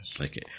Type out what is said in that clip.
Okay